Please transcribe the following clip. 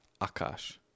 akash